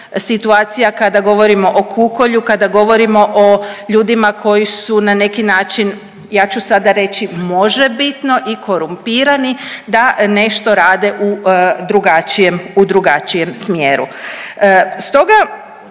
situacija kada govorimo o kukolju, kada govorimo o ljudima koji su na neki način ja ću sada reći možebitno i korumpirani da nešto rade u drugačijem smjeru.